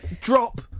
drop